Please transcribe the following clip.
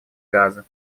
газа